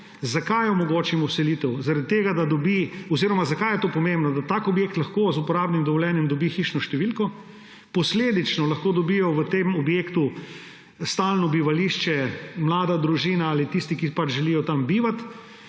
Zakaj omogočimo vselitev oziroma zakaj je to pomembno? Da tak objekt lahko z uporabnim dovoljenjem dobi hišno številko. Posledično lahko dobijo v tem objektu stano bivališče mlada družina ali tisti, ki pač želijo tam bivati.